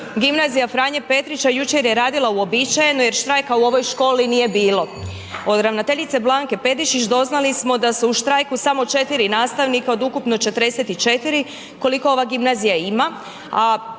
„Gimnazija Franje Petrića jučer je radila uobičajeno jer štrajka u ovoj školi nije bilo. Od ravnateljice Blanke Pedišić doznali smo da su u štrajku samo 4 nastavnika od ukupno 44 koliko ova gimnazija ima,